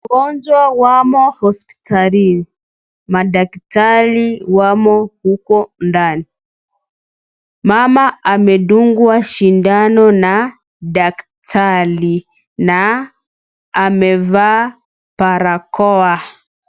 Mgonjwa wamo hospitalini. Madaktari wamo huko ndani. Mama amedungwa sindano na daktari na amevaa barakoa.